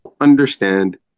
understand